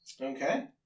okay